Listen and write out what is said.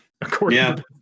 according